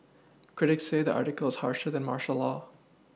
critics say the article is harsher than martial law